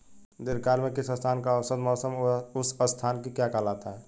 दीर्घकाल में किसी स्थान का औसत मौसम उस स्थान की क्या कहलाता है?